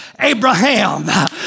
Abraham